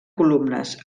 columnes